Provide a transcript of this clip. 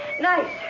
Nice